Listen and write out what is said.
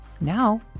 Now